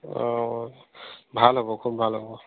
অ ভাল হ'ব খুব ভাল হ'ব